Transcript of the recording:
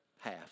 half